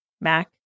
Mac